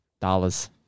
dollars